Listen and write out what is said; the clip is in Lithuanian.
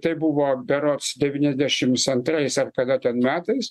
tai buvo berods devyniasdešims antrais ar kada ten metais